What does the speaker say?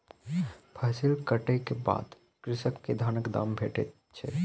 फसिल कटै के बाद कृषक के धानक दाम भेटैत छै